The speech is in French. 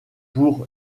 pour